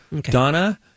Donna